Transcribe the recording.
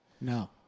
No